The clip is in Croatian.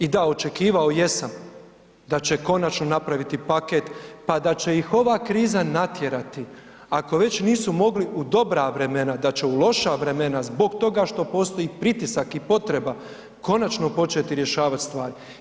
I da, očekivao jesam da će konačno napraviti paket pa da će ih ova kriza natjerati, ako već nisu mogli u dobra vremena da će u loša vremena zbog toga što postoji pritisak i potreba konačno početi rješavati stvari.